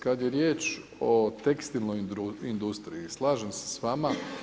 Kada je riječ o tekstilnoj industriji, slažem se s vama.